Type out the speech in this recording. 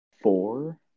four